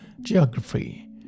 Geography